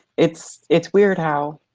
it's it's weird how